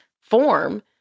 form